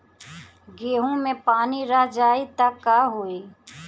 गेंहू मे पानी रह जाई त का होई?